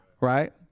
Right